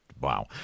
Wow